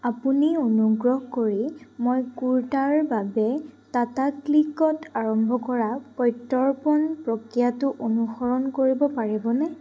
আপুনি অনুগ্ৰহ কৰি মই কুৰ্তাৰ বাবে টাটা ক্লিকত আৰম্ভ কৰা প্ৰত্যৰ্পণ প্ৰক্ৰিয়াটো অনুসৰণ কৰিব পাৰিবনে